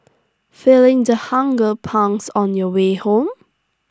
feeling the hunger pangs on your way home